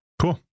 cool